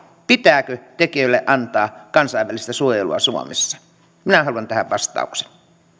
pitääkö tekijöille antaa kansainvälistä suojelua suomessa minä haluan tähän vastauksen